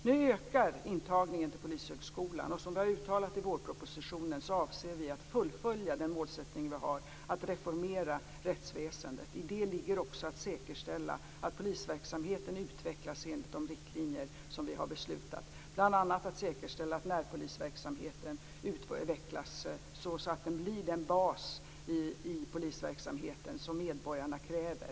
Nu ökar antagningen till Polishögskolan. Som vi har uttalat i vårpropositionen avser vi att fullfölja den målsättning vi har att reformera rättsväsendet. I det ligger också att säkerställa att polisverksamheten utvecklas enligt de riktlinjer vi har beslutat om, bl.a. att säkerställa att närpolisverksamheten utvecklas så att den blir den bas i polisverksamheten som medborgarna kräver.